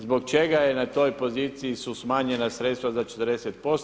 Zbog čega je na toj poziciju su smanjena sredstva za 40%